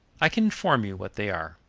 i can inform you what they are.